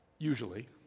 usually